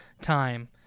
time